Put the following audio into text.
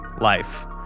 life